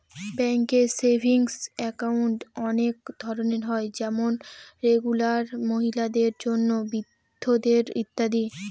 ব্যাঙ্কে savings account অনেক ধরনের হয় যেমন রেগুলার, মহিলাদের জন্য, বৃদ্ধদের ইত্যাদি